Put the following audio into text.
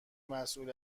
مسئول